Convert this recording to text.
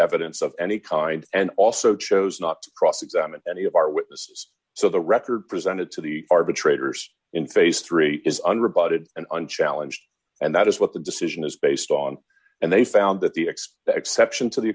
evidence of any kind and also chose not to cross examine any of our witnesses so the record presented to the arbitrators in phase three is an rebutted and unchallenged and that is what the decision is based on and they found that the x exception to the